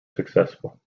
successful